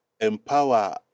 empower